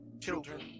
children